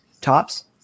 tops